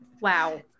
Wow